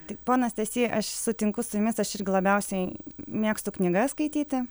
tai ponas stasy aš sutinku su jumis aš irgi labiausiai mėgstu knygas skaityti